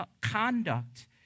conduct